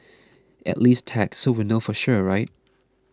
at least tag so we'll know for sure right